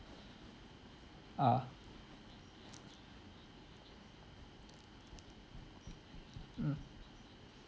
ah mm